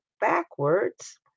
backwards